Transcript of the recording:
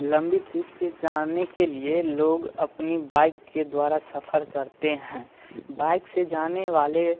लंबी ट्रिप पर जाने के लिए लोग अपनी बाइक के द्वारा सफर करते हैं बाइक से जाने वाले